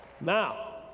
Now